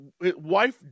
wife